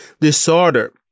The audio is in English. disorder